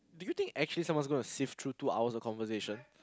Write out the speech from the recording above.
did you think anyone's actually gonna sit through for two hours of conversation